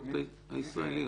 החברות הישראליות.